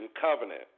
covenant